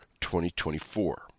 2024